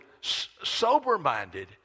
sober-minded